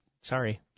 sorry